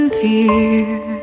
fear